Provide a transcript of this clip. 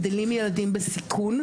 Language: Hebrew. גדלים ילדים בסיכון,